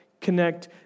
connect